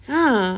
ah